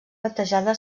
batejada